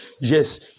Yes